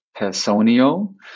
personio